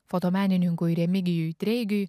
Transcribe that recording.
fotomenininkui remigijui treigiui